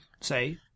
say